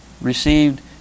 received